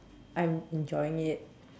I'm enjoying it